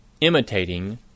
imitating